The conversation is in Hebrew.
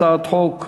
הצעת חוק מ/711,